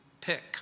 pick